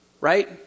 right